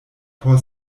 por